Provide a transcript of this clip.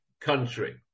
country